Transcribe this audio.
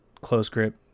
close-grip